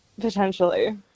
Potentially